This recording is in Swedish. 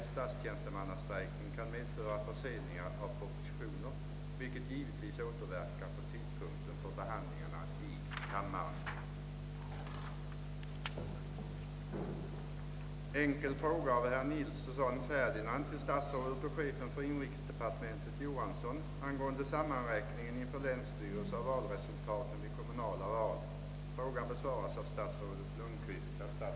Vill Statsrådet föranstalta att vid kommande val länsstyrelserna tillförsäkras ökad tillgång på tillfällig arbetskraftsförstärkning och övertidsersättning så att ej blott val av rikspolitisk betydelse utan även kommunala valresultat och personval, som är av betydande lokalt intresse för allmänheten, kan uträknas inom en rimligare tid?» År och dag som ovan.